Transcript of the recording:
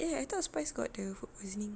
eh I thought Spize got the food poisoning